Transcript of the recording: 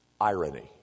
irony